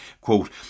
quote